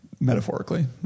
Metaphorically